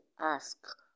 ask